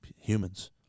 humans